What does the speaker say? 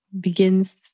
begins